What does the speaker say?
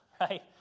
right